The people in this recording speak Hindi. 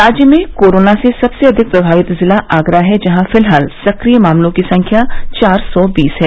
राज्य में कोरोना से सबसे अधिक प्रभावित जिला आगरा है जहां फिलहाल सक्रिय मामलों की संख्या चार सौ बीस है